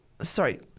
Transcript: Sorry